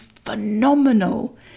phenomenal